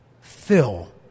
Fill